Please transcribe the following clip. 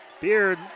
Beard